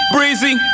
Breezy